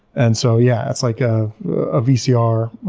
and so, yeah, it's like a ah vcr.